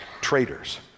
traitors